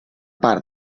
part